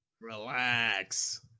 Relax